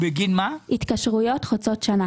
אני יודע על מה אני מדבר ולא אומר דברים סתם.